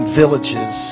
villages